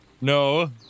No